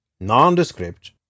Nondescript